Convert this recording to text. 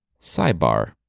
Sidebar